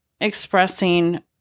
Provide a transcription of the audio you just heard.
expressing